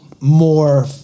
more